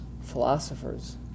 philosophers